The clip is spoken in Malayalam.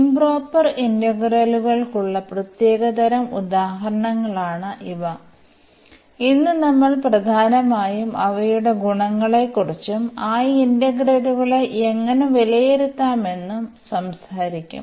ഇoപ്രോപ്പർ ഇന്റഗ്രലുകൾക്കുള്ള പ്രത്യേക തരം ഉദാഹരണങ്ങളാണ് ഇവ ഇന്ന് നമ്മൾ പ്രധാനമായും അവയുടെ ഗുണങ്ങളെക്കുറിച്ചും ആ ഇന്റഗ്രലുകളെ എങ്ങനെ വിലയിരുത്താമെന്നും സംസാരിക്കും